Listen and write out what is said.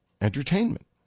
entertainment